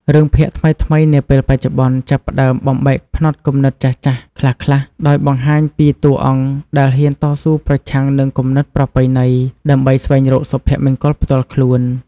រឿងភាគថ្មីៗនាពេលបច្ចុប្បន្ន ចាប់ផ្តើមបំបែកផ្នត់គំនិតចាស់ៗខ្លះៗ ដោយបង្ហាញពីតួអង្គដែលហ៊ានតស៊ូប្រឆាំងនឹងគំនិតប្រពៃណី ដើម្បីស្វែងរកសុភមង្គលផ្ទាល់ខ្លួន។